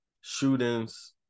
shootings